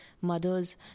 mothers